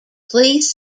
please